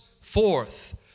forth